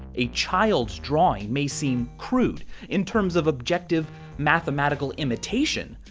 a child's drawing may seem crude in terms of objective mathematical imitation,